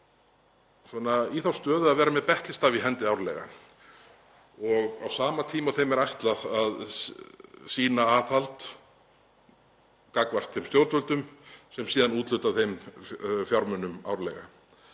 í þá stöðu að vera með betlistaf í hendi árlega á sama tíma og þeim er ætlað að sýna aðhald gagnvart þeim stjórnvöldum sem síðan úthluta þeim fjármunum árlega.